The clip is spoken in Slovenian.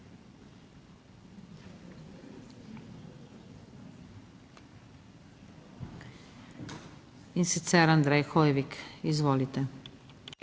In sicer, Andrej Hoivik, izvolite.